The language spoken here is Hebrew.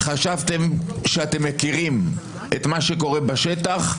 חשבתם שאתם מכירים את מה שקורה בשטח.